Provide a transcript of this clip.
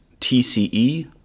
TCE